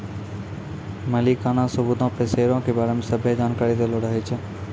मलिकाना सबूतो पे शेयरो के बारै मे सभ्भे जानकारी दैलो रहै छै